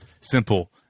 simple